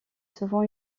souvent